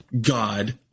God